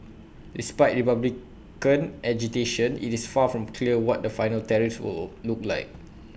despite republican agitation IT is far from clear what the final tariffs will will look like